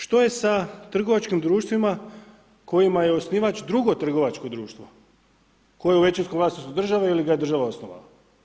Što je sa trgovačkim društvima kojima je osnivač drugo trgovačko društvo koje je u većinskom vlasništvu države ili ga je država osnovala?